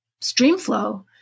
streamflow